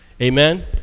Amen